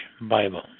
Bible